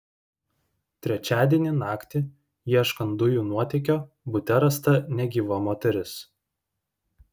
trečiadienį naktį ieškant dujų nuotėkio bute rasta negyva moteris